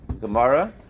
Gemara